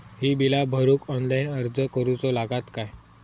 ही बीला भरूक ऑनलाइन अर्ज करूचो लागत काय?